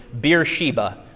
Beersheba